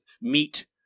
meet